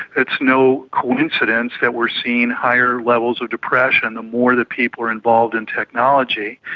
it's no coincidence that we are seeing higher levels of depression the more that people are involved in technology.